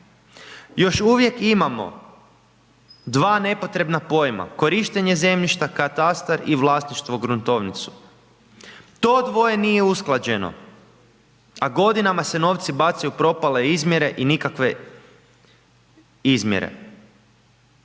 Još uvijek imamo 2 nepotrebna pojma, korištenje zemljišta, katastar i vlasništvo gruntovnicu. To dvoje nije usklađeno, a godinama se novci bacaju u propale izmjere i nikakve izmjere.